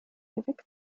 geweckt